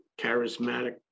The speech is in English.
charismatic